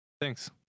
thanks